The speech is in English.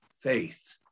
Faith